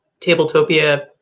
Tabletopia